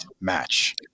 match